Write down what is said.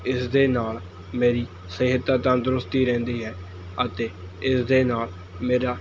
ਇਸ ਦੇ ਨਾਲ਼ ਮੇਰੀ ਸਿਹਤ ਤਾਂ ਤੰਦਰੁਸਤ ਹੀ ਰਹਿੰਦੀ ਹੈ ਅਤੇ ਇਸ ਦੇ ਨਾਲ਼ ਮੇਰਾ